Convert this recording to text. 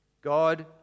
God